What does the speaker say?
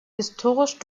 historisch